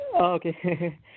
Okay